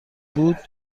بود